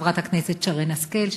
חברת הכנסת שרן השכל,